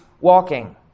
walking